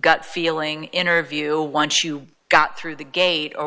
gut feeling interview once you got through the gate or